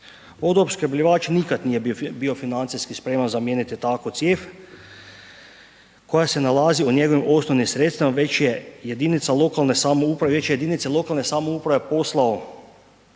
Vodoopskrbljivač nikad nije bio financijski spreman zamijeniti takvu cijev koja se nalazi u njegovim osnovnim sredstvima već je jedinici lokalne samouprave poslao